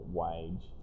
wage